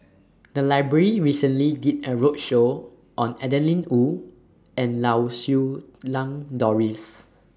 The Library recently did A roadshow on Adeline Ooi and Lau Siew Lang Doris